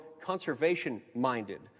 conservation-minded